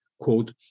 quote